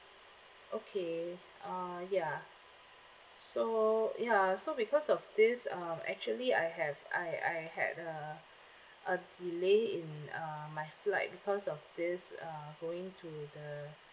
okay uh ya so ya so because of this um actually I have I I had uh a delay in uh my flight because of this uh going to the